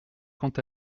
quant